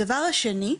הדבר השני זה,